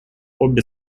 обе